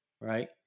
Right